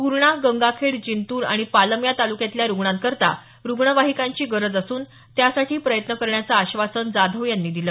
पूर्णा गंगाखेड जिंतूर आणि पालम या तालुक्यांतल्या रुग्णांकरता रुग्णवाहिकांची गरज असून त्यासाठीही प्रयत्न करण्याचं आश्वासन जाधव यांनी दिलं